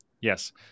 Yes